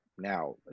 Now